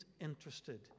interested